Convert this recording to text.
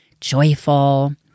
joyful